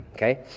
Okay